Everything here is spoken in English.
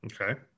Okay